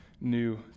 new